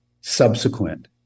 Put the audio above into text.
subsequent